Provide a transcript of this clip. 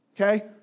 Okay